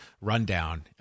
rundown